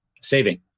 saving